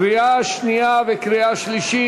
קריאה שנייה וקריאה שלישית,